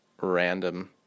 random